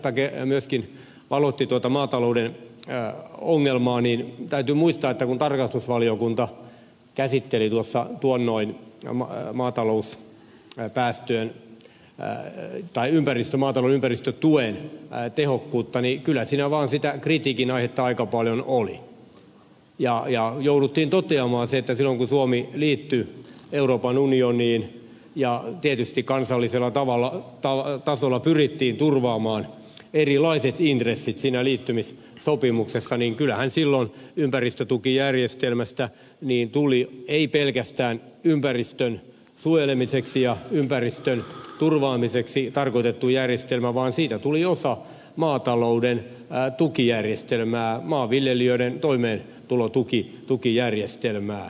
leppä myöskin valotti tuota maatalouden ongelmaa niin täytyy muistaa että kun tarkastusvaliokunta käsitteli tuossa tuonnoin omaa ja maatalous ro pääsi työn äärelle tai maatalouden ympäristötuen tehokkuutta niin kyllä siinä vaan sitä kritiikin aihetta aika paljon oli ja jouduttiin toteamaan se että kun suomi liittyi euroopan unioniin ja tietysti kansallisella tasolla pyrittiin turvaamaan erilaiset intressit siinä liittymissopimuksessa niin kyllähän silloin ympäristötukijärjestelmästä tuli ei pelkästään ympäristön suojelemiseksi ja ympäristön turvaamiseksi tarkoitettu järjestelmä vaan osa maatalouden tukijärjestelmää maanviljelijöiden toimeentulotukijärjestelmää